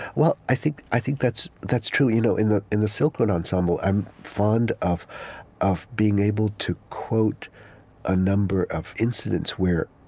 well, i think i think that's that's true. you know in the in the silk road ensemble, i'm fond of of being able to quote a number of incidents